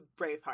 Braveheart